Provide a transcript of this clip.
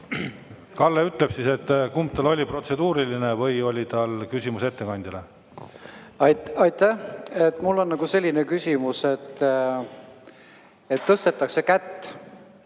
Kalle ütleb siis, kumb tal oli, protseduuriline või küsimus ettekandjale. Aitäh! Mul on selline küsimus, et tõstetakse kätt,